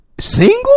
Single